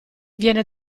viene